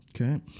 Okay